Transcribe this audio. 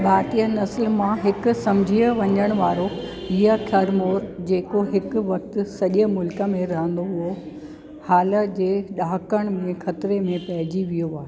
भारतीय नसुल मां हिकु समुझ वञण वारो हीअ खरमोरु जेको हिकु वक़्ति सॼे मुल्क में रहंदो हुओ हाल जे ॾहाकनि में ख़तरे में पहिजी वियो आहे